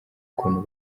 ukuntu